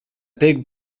big